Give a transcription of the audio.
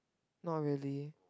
not really